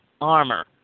armor